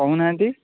କହୁ ନାହାନ୍ତି